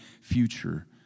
future